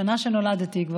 השנה שנולדתי בה,